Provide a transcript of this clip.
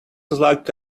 like